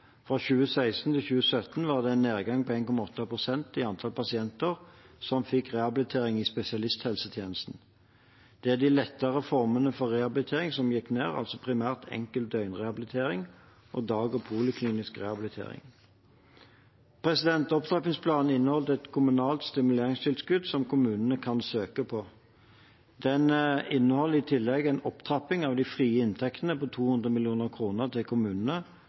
Fra 2016 til 2017 var det en nedgang på 1,8 pst. i antall pasienter som fikk rehabilitering i spesialisthelsetjenesten. Det var de lettere formene for rehabilitering som gikk ned, altså primær, enkel døgnrehabilitering og dag- og poliklinisk rehabilitering. Opptrappingsplanen inneholder et kommunalt stimuleringstilskudd som kommunene kan søke på. Den inneholder i tillegg en opptrapping av de frie inntektene på 200 mill. kr til kommunene,